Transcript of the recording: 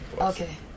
Okay